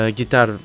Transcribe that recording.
guitar